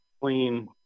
clean